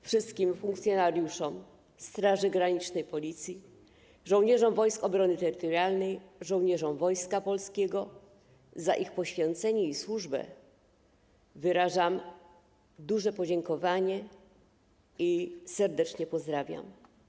Wszystkim funkcjonariuszom Straży Granicznej, Policji, żołnierzom Wojsk Obrony Terytorialnej, żołnierzom Wojska Polskiego za ich poświęcenie i służbę wyrażam duże podziękowanie i serdecznie ich pozdrawiam.